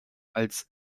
als